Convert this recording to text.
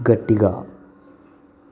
గట్టిగా